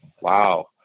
wow